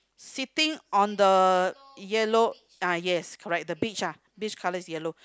sitting on the yellow ah yes correct the beach ah beach colour is yellow